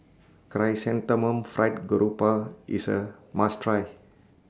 Chrysanthemum Fried Grouper IS A must Try